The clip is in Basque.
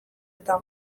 eta